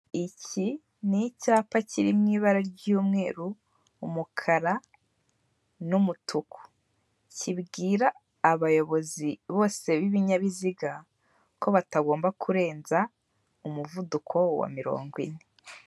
Iki ni icyapa kiri mu ibara ry'umweru, umukara n'umutuku, kibwira abayobozi bose b'ibinyabiziga ko batagomba kurenza umuvuduko wa mirongo ine.